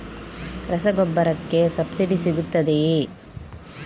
ರಸಗೊಬ್ಬರಕ್ಕೆ ಸಬ್ಸಿಡಿ ಸಿಗುತ್ತದೆಯೇ?